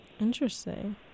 interesting